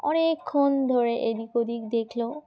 অনেকক্ষণ ধরে এদিক ওদিক দেখল